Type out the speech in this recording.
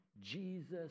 Jesus